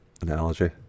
analogy